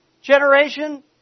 Generation